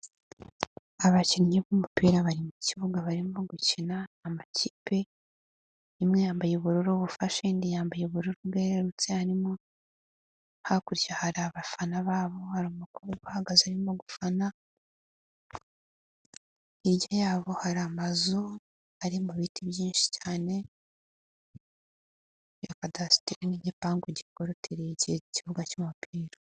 Abakinnyi b'umupira bari mu kibuga barimo gukina, amakipe yambaye ubururu bufashe indi yambaye ubururu bwerurutse, hakurya hari abafana babo hari bahagazemo yabo hari amazu ari mu biti cyane yasti nigipangukora ikibuga cy'umupira.